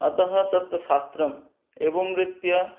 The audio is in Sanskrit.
अतः तत् शास्त्रम् एवं रीत्या